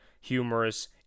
humorous